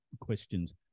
questions